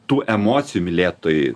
tų emocijų mylėtojai